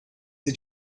sie